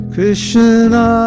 Krishna